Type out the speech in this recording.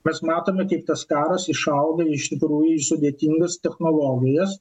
mes matome kaip tas karas išauga ir iš tikrųjų sudėtingas technologijas